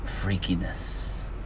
freakiness